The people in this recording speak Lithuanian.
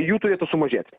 jų turėtų sumažėti